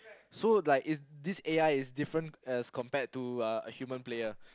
so like is this A_I is different as compared to uh a human player